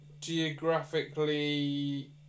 geographically